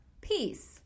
Peace